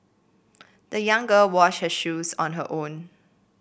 the young girl wash her shoes on her own